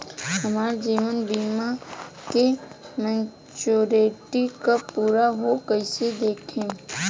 हमार जीवन बीमा के मेचीयोरिटी कब पूरा होई कईसे देखम्?